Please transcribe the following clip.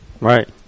Right